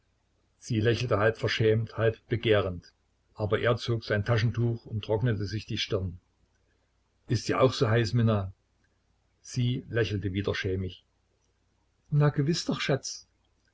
sie lächelte halb verschämt halb begehrend aber er zog sein taschentuch und trocknete sich die stirn ist dir auch so heiß minna sie lächelte wieder schämig na gewiß doch schatz